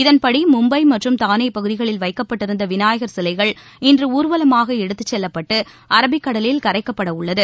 இதன்படி மும்பை மற்றும் தானே பகுதிகளில் வைக்கப்பட்டிருந்த விநாயகர் சிலைகள் இன்று ஊர்வலமாக எடுத்துச்செல்லப்பட்டு அரபிக்கடலில் கரைக்கப்பட உள்ளது